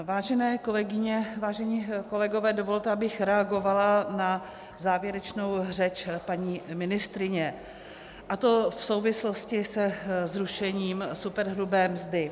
Vážené kolegyně, vážení kolegové, dovolte, abych reagovala na závěrečnou řeč paní ministryně, a to v souvislosti se zrušením superhrubé mzdy.